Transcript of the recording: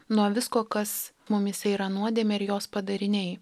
nuo visko kas mumyse yra nuodėmė ir jos padariniai